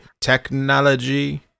technology